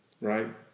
right